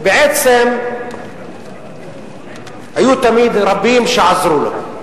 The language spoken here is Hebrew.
ובעצם תמיד היו רבים שעזרו לו.